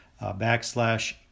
backslash